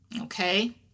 Okay